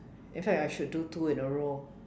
in fact I should do two in a row